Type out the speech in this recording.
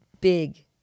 big